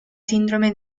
sindrome